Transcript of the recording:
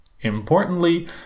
Importantly